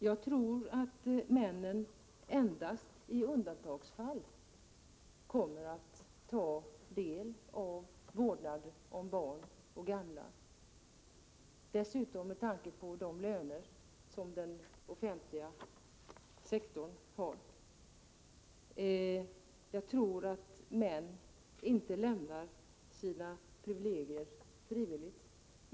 Jag tror att männen endast i undantagsfall kommer att ta del i vården av barn och gamla. Med tanke på de löner som de offentligt anställda har så tror jag inte att männen frivilligt lämnar sina privilegier.